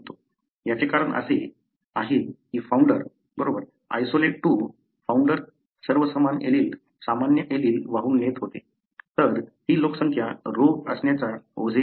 याचे कारण असे आहे की फाऊंडर बरोबर आयसोलेट 2 फाऊंडर सर्व सामान्य ऍलील वाहून नेत होते तर ही लोकसंख्या रोग असण्याच्या ओझे वाहत नाही